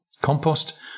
Compost